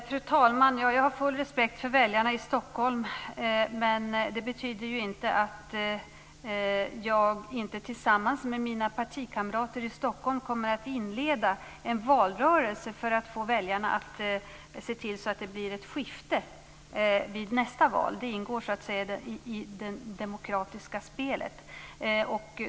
Fru talman! Jag har full respekt för väljarna i Stockholm. Det betyder inte att jag inte tillsammans med mina partikamrater i Stockholm kommer att inleda en valrörelse för att få väljarna att se till att det blir ett skifte vid nästa val. Det ingår i det demokratiska spelet.